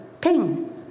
ping